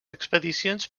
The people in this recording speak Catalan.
expedicions